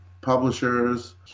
publishers